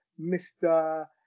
Mr